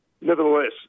Nevertheless